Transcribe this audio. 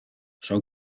son